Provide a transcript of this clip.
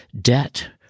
debt